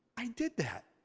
i did that!